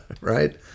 right